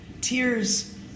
tears